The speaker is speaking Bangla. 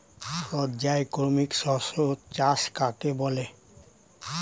পর্যায়ক্রমিক শস্য চাষ কাকে বলে?